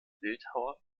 bildhauer